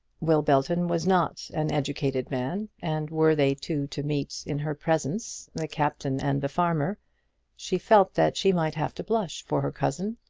will belton was not an educated man, and were they two to meet in her presence the captain and the farmer she felt that she might have to blush for her cousin.